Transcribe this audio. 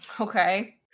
Okay